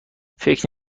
فکر